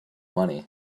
money